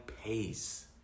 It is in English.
pace